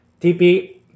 TP